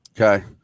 Okay